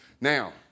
Now